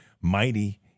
mighty